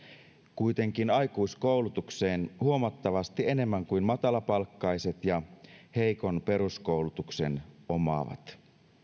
kuitenkin aikuiskoulutukseen huomattavasti enemmän kuin matalapalkkaiset ja heikon peruskoulutuksen omaavat